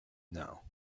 know